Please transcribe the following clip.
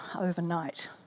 overnight